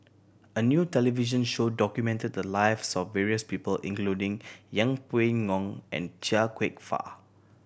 a new television show documented the lives of various people including Yeng Pway Ngon and Chia Kwek Fah